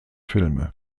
filme